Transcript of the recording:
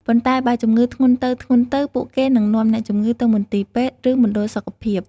ប៉ុន្តែ បើជំងឺធ្ងន់ទៅៗ ពួកគេនឹងនាំអ្នកជំងឺទៅមន្ទីរពេទ្យ ឬ មណ្ឌលសុខភាព។